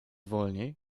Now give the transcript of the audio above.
wolniej